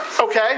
Okay